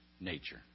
nature